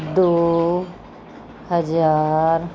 ਦੋ ਹਜ਼ਾਰ